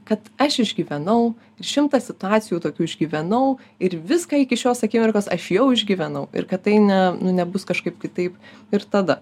kad aš išgyvenau šimtą situacijų tokių išgyvenau ir viską iki šios akimirkos aš jau išgyvenau ir kad tai ne nu nebus kažkaip kitaip ir tada